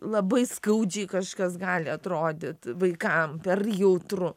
labai skaudžiai kažkas gali atrodyt vaikam per jautru